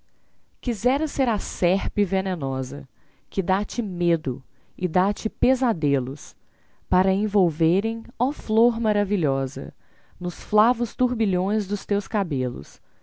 fecundando quisera ser a serpe venenosa que dá te medo e dá te pesadelos para envolverem ó flor maravilhosa nos flavos turbilhões dos teus cabelos